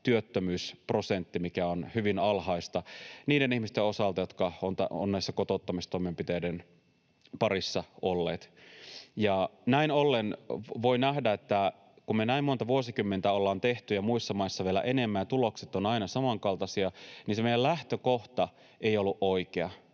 työttömyysprosentti; työllisyys on hyvin alhaista niiden ihmisten osalta, jotka ovat kotouttamistoimenpiteiden parissa olleet. Näin ollen voi nähdä, että kun me näin monta vuosikymmentä ollaan tehty, ja muissa maissa vielä enemmän, ja tulokset ovat aina samankaltaisia, niin se meidän lähtökohta ei ole ollut oikea.